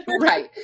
Right